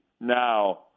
now –